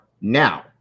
Now